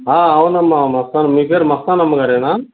అవునమ్మా మస్తాన్ మీ పేరు మస్తానమ్మగారేనా